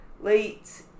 late